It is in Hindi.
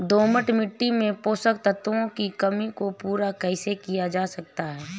दोमट मिट्टी में पोषक तत्वों की कमी को पूरा कैसे किया जा सकता है?